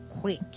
quick